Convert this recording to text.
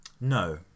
No